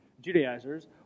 Judaizers